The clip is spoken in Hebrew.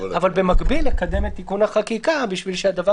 אבל במקביל לקדם את תיקון החקיקה בשביל שהדבר